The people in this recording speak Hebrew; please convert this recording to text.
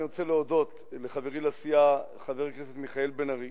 אני רוצה להודות לחברי לסיעה חבר הכנסת מיכאל בן-ארי.